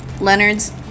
Leonard's